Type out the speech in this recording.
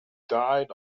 died